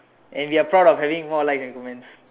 and we are proud of having more likes and comments